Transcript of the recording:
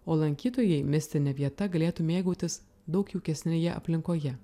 o lankytojai mistine vieta galėtų mėgautis daug jaukesnėje aplinkoje